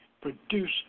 produce